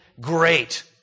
great